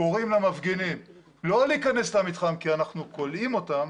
קוראים למפגינים לא להיכנס למתחם כי אנחנו כולאים אותם